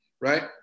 right